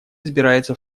избирается